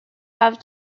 have